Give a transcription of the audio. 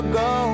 go